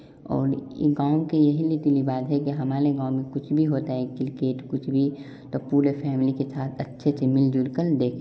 और यह गाँव के यही रीति रिवाज़ हैं कि हमारे गाँव में कुछ भी होता है किरकेट कुछ भी तो पूरे फैमली के साथ अच्छे से मिल जुल कर देख